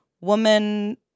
woman